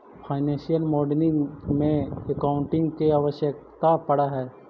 financial modelling में accounting के आवश्यकता पड़ऽ हई